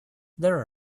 there